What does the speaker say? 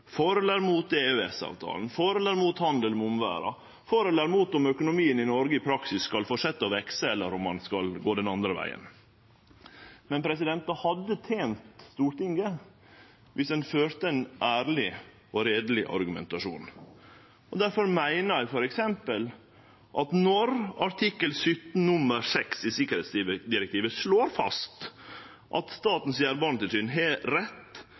for eller mot EØS-avtalen, for eller mot handel med omverda, for eller mot om økonomien i Noreg i praksis skal fortsetje å vekse, eller om han skal gå den andre vegen. Det hadde tent Stortinget dersom ein førte ein ærleg og heiderleg argumentasjon. Difor meiner eg f.eks. at når det i artikkel 17, nr. 6 i sikkerheitsdirektivet vert slått fast at Statens jernbanetilsyn har rett